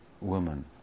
woman